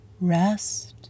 rest